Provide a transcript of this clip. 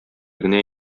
генә